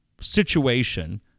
situation